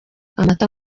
amata